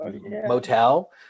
Motel